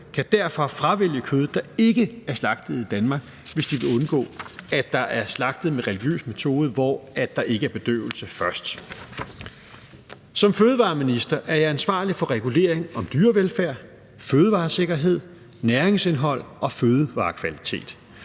kan dermed fravælge kød fra dyr, der ikke er slagtet i Danmark, hvis de vil undgå, at der er anvendt en religiøs slagtemetode, hvor der ikke er brugt bedøvelse først. Som fødevareminister er jeg ansvarlig for regulering af dyrevelfærd, fødevaresikkerhed, næringsindhold og fødevarekvalitet.